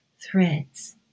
threads